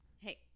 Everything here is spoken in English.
Hey